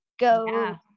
go